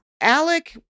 Alec